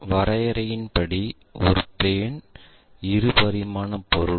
வரையறையின்படி ஒரு பிளேன் இரு பரிமாண பொருள்